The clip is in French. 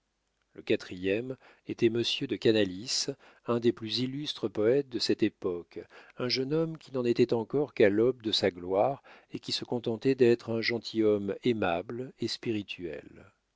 le quatrième était monsieur de canalis un des plus illustres poètes de cette époque un jeune homme qui n'en était encore qu'à l'aube de sa gloire et qui se contentait d'être un gentilhomme aimable et spirituel